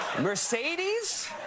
Mercedes